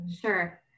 Sure